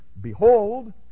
behold